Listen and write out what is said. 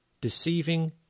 deceiving